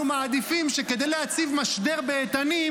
אנחנו מעדיפים שכדי להציב משדר באיתנים,